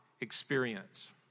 experience